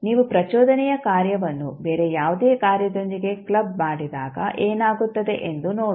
ನೀವು ಪ್ರಚೋದನೆಯ ಕಾರ್ಯವನ್ನು ಬೇರೆ ಯಾವುದೇ ಕಾರ್ಯದೊಂದಿಗೆ ಕ್ಲಬ್ ಮಾಡಿದಾಗ ಏನಾಗುತ್ತದೆ ಎಂದು ನೋಡೋಣ